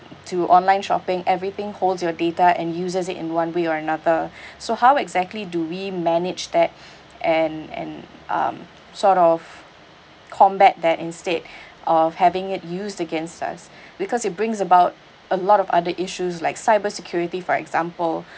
to online shopping everything holds your data and uses it in one way or another so how exactly do we manage that and and um sort of combat that instead of having it used against us because it brings about a lot of other issues like cybersecurity for example